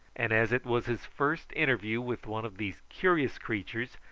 and as it was his first interview with one of these curious creatures,